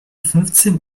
fünfzehn